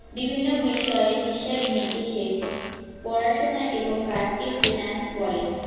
বিভিন্ন বিষয়ের হিসেব নিকেশের পড়াশোনা এবং কাজকে ফিন্যান্স বলে